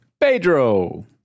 Pedro